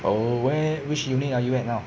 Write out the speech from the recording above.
oh where which unit are you at now